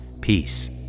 Peace